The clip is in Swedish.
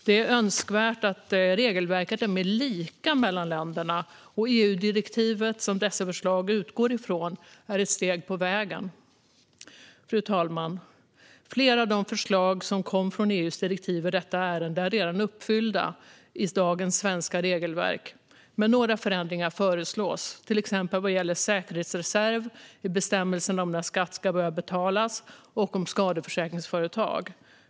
Det är önskvärt att regelverken är mer lika mellan länderna, och EU-direktivet, som dessa förslag utgår från, är ett steg på vägen. Fru talman! Flera av de förslag som kom till följd av EU:s direktiv i detta ärende är redan uppfyllda i dagens svenska regelverk, men några förändringar föreslås, till exempel vad gäller säkerhetsreserv i bestämmelserna om när skatt ska börja betalas samt när det gäller skadeförsäkringsföretag.